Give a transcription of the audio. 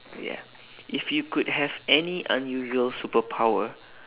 ya if you could have any unusual superpower